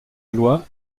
loi